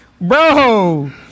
Bro